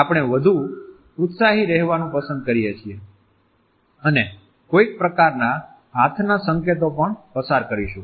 આપણે વધુ ઉત્સાહી રહેવાનું પસંદ કરી શકીએ છીએ અને કોઈક પ્રકારનાં હાથનાં સંકેતો પણ પસાર કરીશું